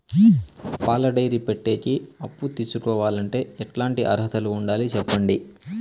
పాల డైరీ పెట్టేకి అప్పు తీసుకోవాలంటే ఎట్లాంటి అర్హతలు ఉండాలి సెప్పండి?